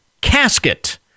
casket